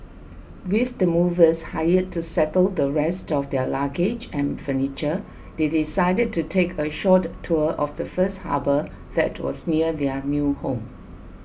with the movers hired to settle the rest of their luggage and furniture they decided to take a short tour first of the harbour that was near their new home